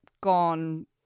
gone